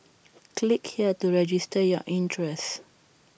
click here to register your interest